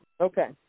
Okay